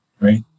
Right